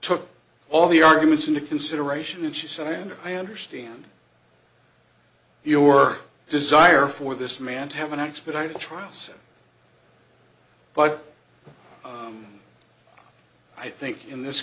took all the arguments into consideration and she said and i understand your desire for this man to have an expedited trials but i think in this